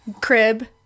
crib